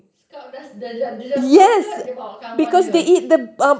scout does I thought dia bawa kawan dia